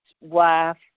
wife